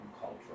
culture